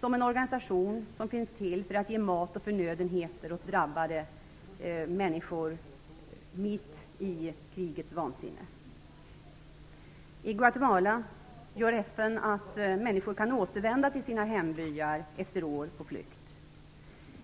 som en organisation som finns till för att ge mat och förnödenheter åt drabbade människor mitt i krigets vansinne. I Guatemala gör FN att människor kan återvända till sina hembyar efter år på flykt.